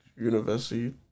University